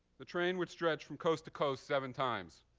the train would stretch from coast to coast seven times.